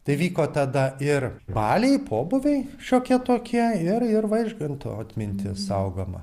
tai vyko tada ir baliai pobūviai šiokie tokie ir ir vaižganto atmintis saugoma